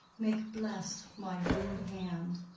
make blessed my rude hand.